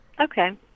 Okay